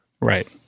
Right